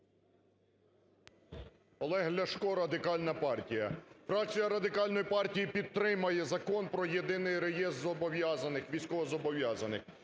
Олег Ляшко, Радикальна партія. Фракція Радикальна партії підтримає Закон про Єдиний реєстр зобов'язаних,